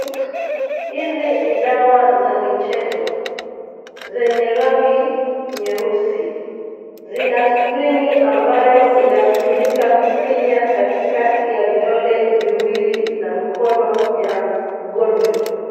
Hizi ni dawa za michezo zenye rangi nyeusi. Zina spring ambayo inatumika kufinya katikati ya vidole viwili na mkono ya mgonjwa.